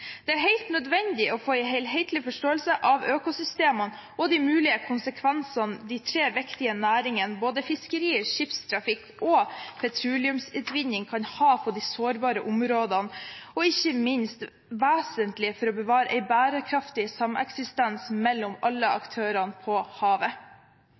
Det er helt nødvendig å få en helhetlig forståelse av økosystemene og de mulige konsekvensene de tre viktige næringene fiskeri, skipstrafikk og petroleumsutvinning kan ha på de sårbare områdene, og ikke minst vesentlig for å bevare en bærekraftig sameksistens mellom alle